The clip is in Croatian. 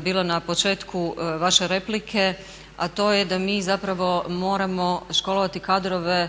bilo na početku vaše replike a to je da mi zapravo moramo školovati kadrove